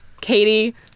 Katie